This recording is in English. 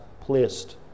placed